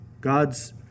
God's